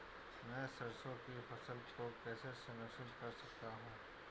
मैं सरसों की फसल को कैसे संरक्षित कर सकता हूँ?